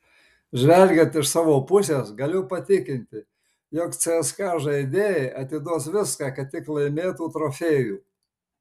žvelgiant iš savo pusės galiu patikinti jog cska žaidėjai atiduos viską kad tik laimėtų trofėjų